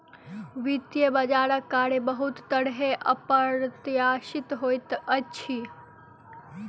वित्तीय बजारक कार्य बहुत तरहेँ अप्रत्याशित होइत अछि